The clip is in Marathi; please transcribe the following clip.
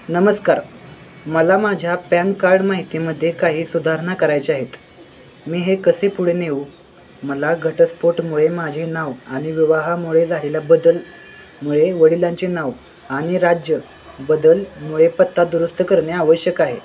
नमस्कार मला माझ्या पॅन कार्ड माहितीमध्ये काही सुधारणा करायच्या आहेत मी हे कसे पुढे नेऊ मला घटस्फोटामुळे माझे नाव आणि विवाहामुळे झालेला बदलमुळे वडिलांचे नाव आणि राज्य बदलमुळे पत्ता दुरुस्त करणे आवश्यक आहे